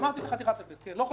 לא חוזר בי.